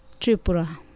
Tripura